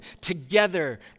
together